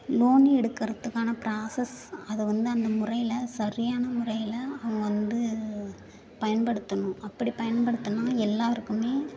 loan எடுக்கிறதுக்கான process அது வந்து அந்த முறையில் சரியான முறையில் அவங்க வந்து பயன்படுத்தணும் அப்படி பயன்படுத்துனால் எல்லோருக்குமே